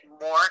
more